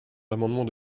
l’amendement